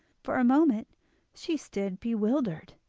for a moment she stood bewildered,